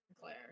Claire